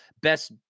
best